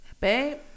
Babe